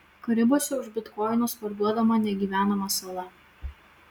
karibuose už bitkoinus parduodama negyvenama sala